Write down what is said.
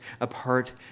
apart